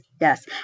yes